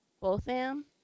Botham